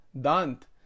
Dant